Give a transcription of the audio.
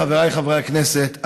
חבריי חברי הכנסת,